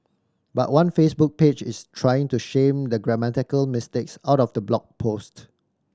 but one Facebook page is trying to shame the grammatical mistakes out of the blog post